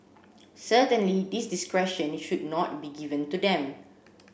certainly this discretion should not be given to them